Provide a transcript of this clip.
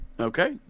Okay